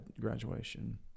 graduation